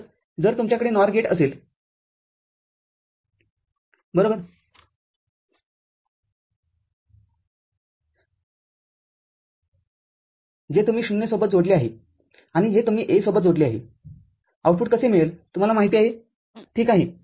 तरजर तुमच्याकडे NOR gate असेल बरोबर जे तुम्ही ०सोबत जोडले आहे आणि हे तुम्ही A सोबत जोडले आहे आउटपुट कसे कळेल तुम्हाला माहिती आहे ठीक आहे